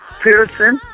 Pearson